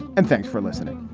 and thanks for listening